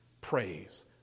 Praise